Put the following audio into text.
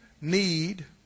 need